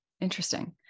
Interesting